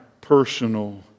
personal